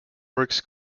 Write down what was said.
works